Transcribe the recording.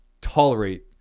tolerate